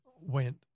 went